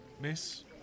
miss